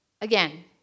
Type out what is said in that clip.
again